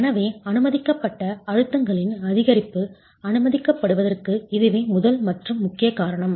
எனவே அனுமதிக்கப்பட்ட அழுத்தங்களின் அதிகரிப்பு அனுமதிக்கப்படுவதற்கு இதுவே முதல் மற்றும் முக்கிய காரணம்